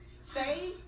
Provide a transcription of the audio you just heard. Say